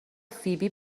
فیبی